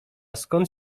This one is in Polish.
skąd